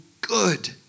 good